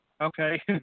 Okay